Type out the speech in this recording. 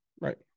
Right